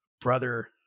brother